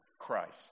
Christ